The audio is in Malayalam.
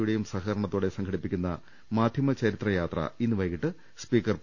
യുടെയും സഹകരണത്തോടെ സംഘടിപ്പിക്കുന്ന മാധൃമചരിത്രയാത്ര ഇന്ന് വൈകിട്ട് സ്പീക്കർ പി